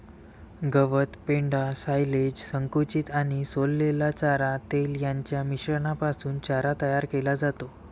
गवत, पेंढा, सायलेज, संकुचित आणि सोललेला चारा, तेल यांच्या मिश्रणापासून चारा तयार केला जातो